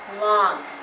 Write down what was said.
Long